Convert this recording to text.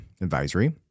advisory